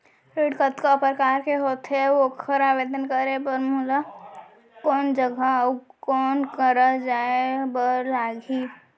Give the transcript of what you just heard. ऋण कतका प्रकार के होथे अऊ ओखर आवेदन करे बर मोला कोन जगह अऊ कोन करा जाए बर लागही?